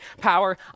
power